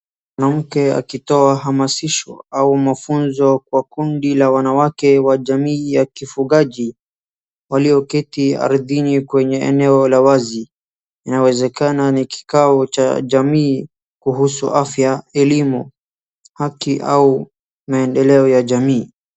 Mwanamke akitoa hamasisho au mafunzo kwa kundi la wanawake wa jamii ya kifugaji walioketi ardhini kwenye eneo la wazi. Inawezekana ni kikao cha jamii hukusu afya, elimu, haki au maendeleo ya jamii.